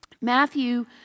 Matthew